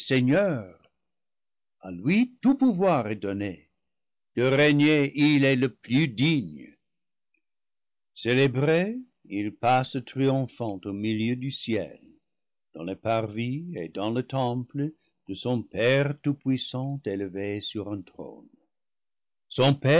seigneur a lui tout pouvoir est donné de régner il est le plus digne célébré il passe triomphant au milieu du ciel dans les parvis et dans le temple de son père tout-puissant élevé sur un trône son père